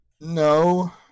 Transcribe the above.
No